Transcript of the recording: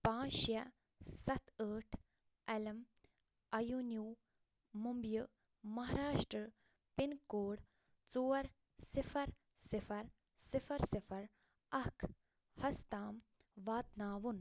پانٛژھ شےٚ سَتھ ٲٹھ L M avenue Mumbai Maharashtra pin code ژور صِفر صِفر صِفر صِفر اکھ ہس تام واتناوُن